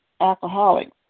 Alcoholics